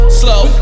slow